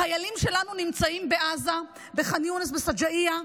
חיילים שלנו נמצאים בעזה, בח'אן יונס, בשג'אעיה,